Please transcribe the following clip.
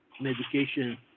medication